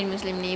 ya